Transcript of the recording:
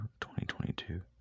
2022